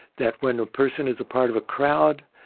that when a person is a part of a crowd,